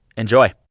enjoy